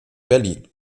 berlin